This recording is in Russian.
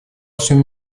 всем